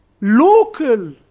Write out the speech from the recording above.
local